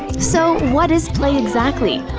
so, what is play exactly?